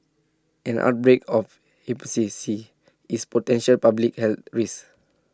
an outbreak of C C is potential public health risk